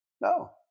no